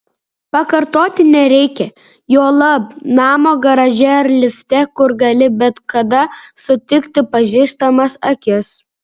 pakartoti nereikia juolab namo garaže ar lifte kur gali bet kada sutikti pažįstamas akis